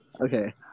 Okay